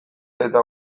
eta